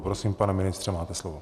Prosím, pane ministře, máte slovo.